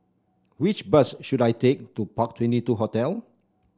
which bus should I take to Park Twenty two Hotel